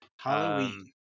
Halloween